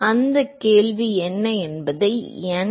எனவே இப்போது கேள்வி என்ன என்பது n